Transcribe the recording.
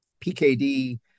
PKD